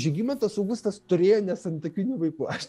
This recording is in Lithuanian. žygimantas augustas turėjo nesantuokinių vaikų aš